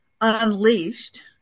Unleashed